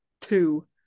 two